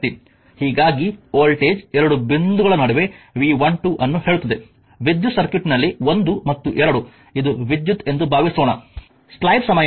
ಹೀಗಾಗಿ ವೋಲ್ಟೇಜ್ ಎರಡು ಬಿಂದುಗಳ ನಡುವೆ V12 ಅನ್ನು ಹೇಳುತ್ತದೆ ವಿದ್ಯುತ್ ಸರ್ಕ್ಯೂಟ್ನಲ್ಲಿ 1 ಮತ್ತು 2 ಇದು ವಿದ್ಯುತ್ ಎಂದು ಭಾವಿಸೋಣ